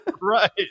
Right